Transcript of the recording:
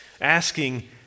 Asking